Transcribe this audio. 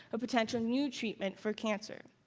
a potential new treatment for cancer.